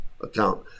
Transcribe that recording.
account